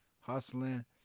hustling